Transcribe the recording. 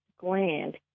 gland